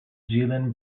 zealand